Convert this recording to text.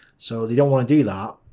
so they don't want to do that.